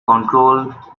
controlled